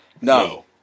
No